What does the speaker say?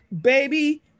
Baby